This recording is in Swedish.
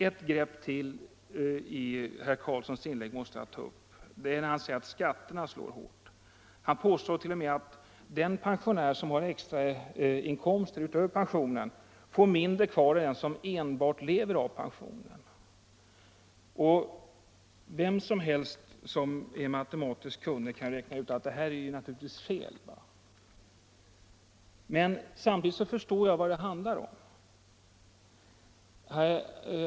Ett grepp till i herr Carlssons argumentation måste jag ta upp. Han säger att skatterna slår hårt. Han påstår t.o.m. att den folkpensionär som har extrainkomster utöver pensionen får mindre kvar än den som lever enbart på pensionen. Vem som helst som är matematiskt kunnig kan räkna ut att detta naturligtvis är fel. Men jag förstår vad det handlar om.